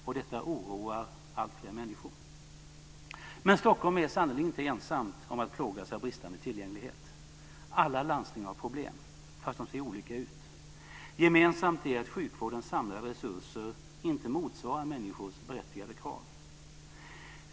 Och detta oroar alltfler människor. Men Stockholm är sannerligen inte ensam om att plågas av bristande tillgänglighet. Alla landsting har problem, fast de ser olika ut. Gemensamt är att sjukvårdens samlade resurser inte motsvarar människors berättigade krav.